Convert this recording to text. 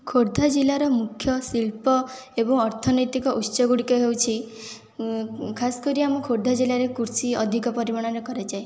ଖୋର୍ଦ୍ଧା ଜିଲ୍ଲାର ମୁଖ୍ୟ ଶିଳ୍ପ ଏବଂ ଅର୍ଥନୈତିକ ଉତ୍ସ ଗୁଡ଼ିକ ହେଉଛି ଖାସ କରି ଆମ ଖୋର୍ଦ୍ଧା ଜିଲ୍ଲାରେ କୃଷି ଅଧିକ ପରିମାଣରେ କରାଯାଏ